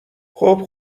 خوب